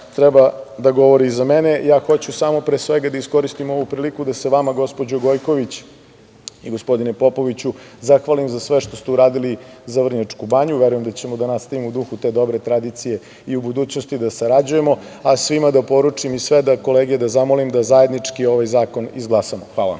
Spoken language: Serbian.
mi vreme ističe, hoću da iskoristim ovu priliku da se vama, gospođo Gojković i gospodine Popoviću, zahvalim za sve što ste uradili za Vrnjačku Banju. Verujem da ćemo da nastavimo u duhu te dobre tradicije i u budućnosti da sarađujemo, a svima da poručim i sve kolege da zamolim da zajednički ovaj zakon izglasamo. Hvala